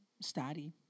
study